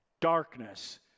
darkness